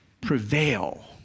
prevail